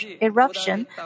eruption